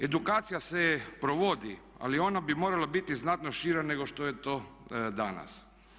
Edukacija se provodi, ali ona bi morala biti znatno šira, nego što je to danas.